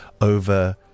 over